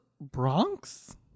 Bronx